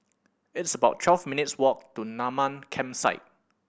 it's about twelve minutes' walk to Mamam Campsite